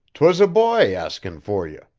twas a boy askin for ye.